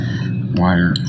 wire